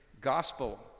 gospel